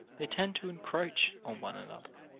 they tend to encroach on one another.